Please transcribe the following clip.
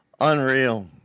unreal